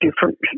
different